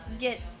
get